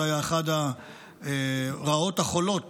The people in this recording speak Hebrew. וזו הייתה אחת הרעות החולות